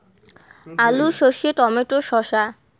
আলু সর্ষে টমেটো শসা